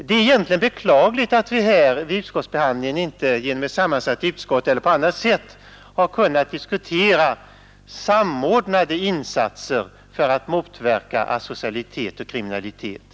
Det är egentligen beklagligt att vi inte här vid utskottsbehandlingen genom att ha ett sammansatt utskott eller på annat sätt har kunnat diskutera samordnade insatser för att motverka asocialitet och kriminalitet.